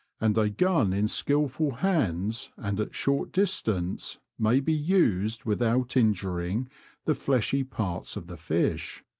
and a gun in skilful hands and at short distance may be used without injuring the fleshy parts of the fish.